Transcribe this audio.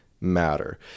matter